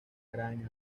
gran